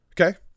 okay